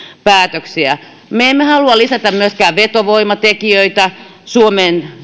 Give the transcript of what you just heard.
päätöksiä me emme halua lisätä myöskään vetovoimatekijöitä suomeen